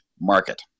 market